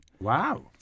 Wow